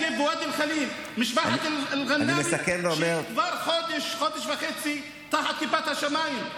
--- משפחת --- כבר חודש וחצי תחת כיפת השמיים.